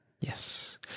Yes